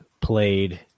played